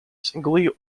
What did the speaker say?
singly